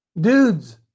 Dudes